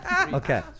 Okay